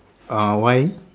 uh why